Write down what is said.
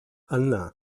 hannah